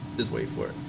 his way for